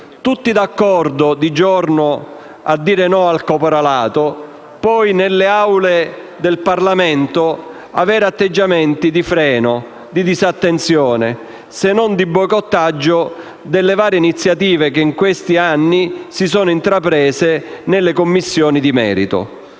tutti d'accordo nel dire no al caporalato e poi nelle Aule del Parlamento si hanno atteggiamenti di freno, di disattenzione se non di boicottaggio delle varie iniziative che, in questi anni, si sono intraprese nelle Commissioni di merito.